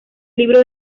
libro